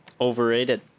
Overrated